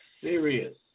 serious